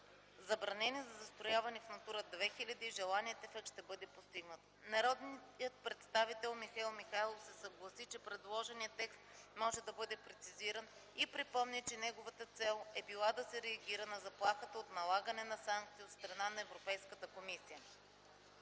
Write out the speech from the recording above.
забранени за застрояване в „Натура 2000”, желаният ефект ще бъде постигнат. Народният представител Михаил Михайлов се съгласи, че предложеният текст може да бъде прецизиран и припомни, че неговата цел е била да се реагира на заплахата от налагане на санкции от страна на Европейската комисия.